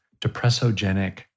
depressogenic